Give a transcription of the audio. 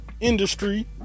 industry